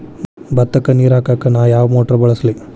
ಭತ್ತಕ್ಕ ನೇರ ಹಾಕಾಕ್ ನಾ ಯಾವ್ ಮೋಟರ್ ಬಳಸ್ಲಿ?